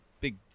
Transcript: big